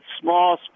small